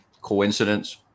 coincidence